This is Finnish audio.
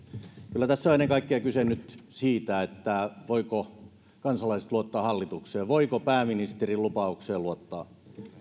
kyllä tässä on ennen kaikkea kyse nyt siitä voivatko kansalaiset luottaa hallitukseen voiko pääministerin lupaukseen luottaa